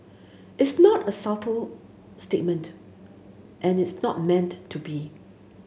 it's not a subtle statement and it's not meant to be